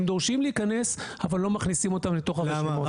הם דורשים להיכנס אבל לא מכניסים אותם לתוך הרשימות..